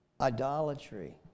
Idolatry